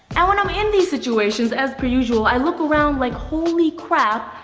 and when i'm in these situations, as per usual, i look around like, holy crap,